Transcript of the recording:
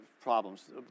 problems